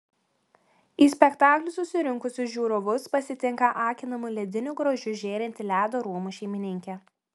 į spektaklį susirinkusius žiūrovus pasitinka akinamu lediniu grožiu žėrinti ledo rūmų šeimininkė